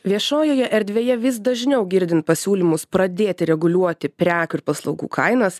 viešojoje erdvėje vis dažniau girdin pasiūlymus pradėti reguliuoti prekių ir paslaugų kainas